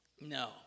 No